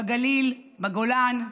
בגליל, בגולן,